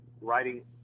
writing